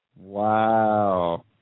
Wow